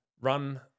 run